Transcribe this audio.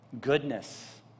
goodness